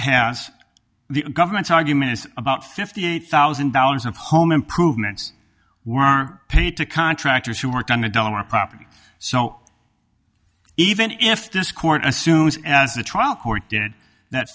has the government's argument is about fifty eight thousand dollars of home improvements were paid to contractors who worked on the delaware property so even if this court assumes as the trial court did that